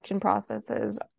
processes